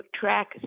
track